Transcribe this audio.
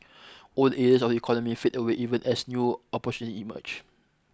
old ears of economy fade away even as new emerge